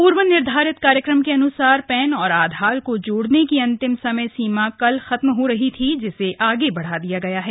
पूर्व निर्धारित कार्यक्रम के अन्सार पैन और आधार को जोड़ने की अंतिम समय सीमा कल खत्म हो रही थी जिसे आगे बढ़ा दिया गया है